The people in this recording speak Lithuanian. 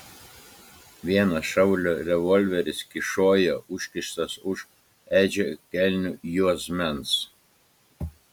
vienas šaulio revolveris kyšojo užkištas už edžio kelnių juosmens